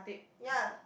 ya